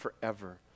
forever